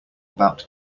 about